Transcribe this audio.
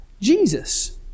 Jesus